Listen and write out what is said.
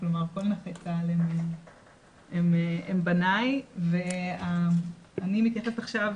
כלומר כל נכי צה"ל הם בניי ואני מתייחסת עכשיו